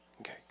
Okay